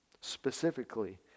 Specifically